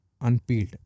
unpeeled